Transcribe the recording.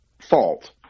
fault